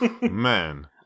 Man